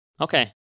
Okay